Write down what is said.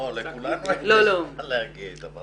לכולם יש מה להגיד אבל